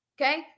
Okay